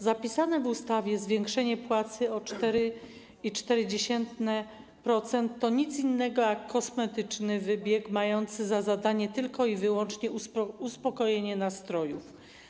Zapisane w ustawie zwiększenie płacy o 4,4% to nic innego jak kosmetyczny wybieg mający za zadanie tylko i wyłącznie uspokojenie nastrojów.